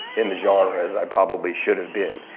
in the genre as i probably should've been.